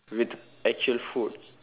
with actual food